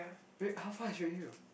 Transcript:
wait how far is Redhill